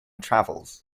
travels